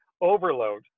overload